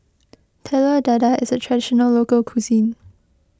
Telur Dadah is a Traditional Local Cuisine